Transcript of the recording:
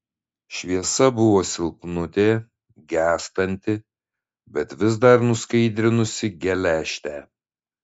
šviesa buvo silpnutė gęstanti bet vis dar nuskaidrinusi geležtę